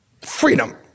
Freedom